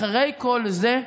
אחרי כל זה,